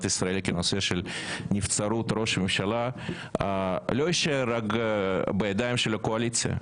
ישראל כמו נושא של נבצרות ראש ממשלה לא יישאר רק בידיים של הקואליציה,